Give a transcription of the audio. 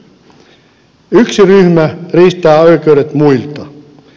yksi ryhmä riistää oikeudet muilta